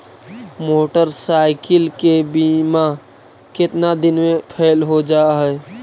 Motorcycle के बिमा केतना दिन मे फेल हो जा है?